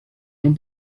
son